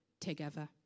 together